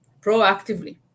proactively